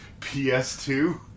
PS2